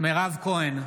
מירב כהן,